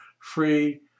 free